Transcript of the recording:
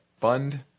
fund